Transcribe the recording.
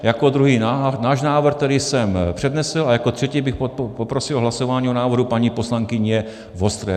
Jako druhý náš návrh, který jsem přednesl a jako třetí bych poprosil o hlasování o návrhu paní poslankyně Vostré.